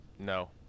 No